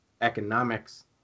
economics